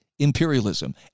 imperialism